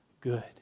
good